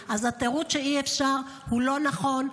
הזאת, אז התירוץ שאי-אפשר הוא לא נכון.